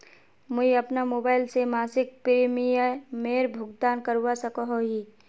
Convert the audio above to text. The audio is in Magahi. मुई अपना मोबाईल से मासिक प्रीमियमेर भुगतान करवा सकोहो ही?